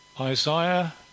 Isaiah